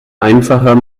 einfacher